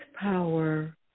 power